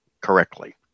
correctly